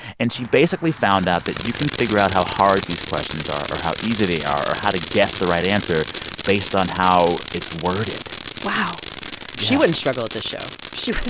and she basically found out that you can figure out how hard these questions are or how easy they are or how to guess the right answer based on how it's worded wow yeah she wouldn't struggle at this show. she.